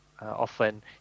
often